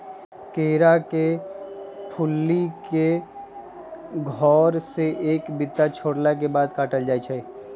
केरा के फुल्ली के घौर से एक बित्ता छोरला के बाद काटल जाइ छै